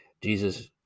jesus